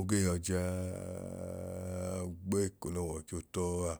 ogee yọ jaaaaaaaaaaaa gbeeko n'ọwọicho tọọa